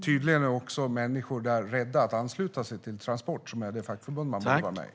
Tydligen är också människor där rädda för att ansluta sig till Transport, som är det fackförbund man bör vara med i.